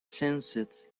sensed